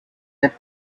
death